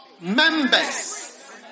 members